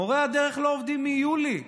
מורי הדרך לא עובדים מיולי.